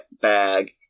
bag